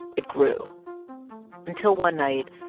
it grew until one night,